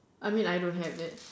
I mean I don't have that